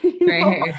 Right